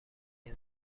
این